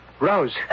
Rose